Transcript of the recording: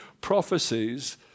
prophecies